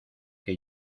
que